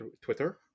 Twitter